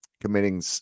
committing